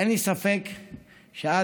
אין לי ספק שאת,